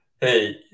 hey